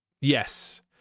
yes